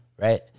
Right